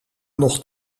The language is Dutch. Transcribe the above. nog